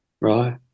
Right